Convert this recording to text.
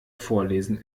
vorlesen